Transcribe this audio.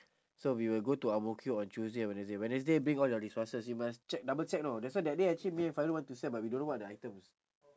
so we will go to ang mo kio on tuesday and wednesday wednesday bring all your resources you must check double check you know that's why that day actually me and fairul want to send but we don't know what are the items